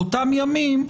באותם ימים,